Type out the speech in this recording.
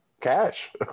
cash